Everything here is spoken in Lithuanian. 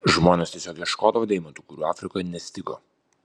žmonės tiesiog ieškodavo deimantų kurių afrikoje nestigo